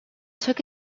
took